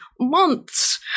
months